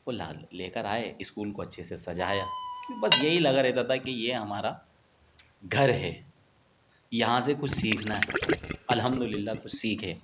وہ لا لے کر آئے اسکول کو اچھے سے سجایا کیوں بس یہی لگا رہتا تھا کہ یہ ہمارا گھر ہے یہاں سے کچھ سیکھنا ہے الحمد اللہ کچھ سیکھے